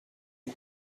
est